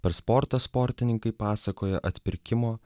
per sportą sportininkai pasakoja atpirkimo